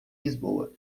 lisboa